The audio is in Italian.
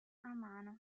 amano